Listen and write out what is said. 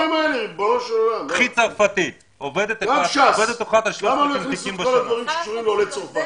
למה ש"ס לא הכניסו את כל הדברים שקשורים לעולי צרפת?